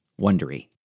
wondery